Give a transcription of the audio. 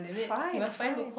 fine fine